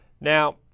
Now